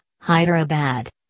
Hyderabad